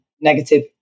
negative